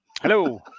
Hello